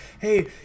hey